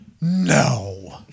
No